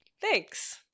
Thanks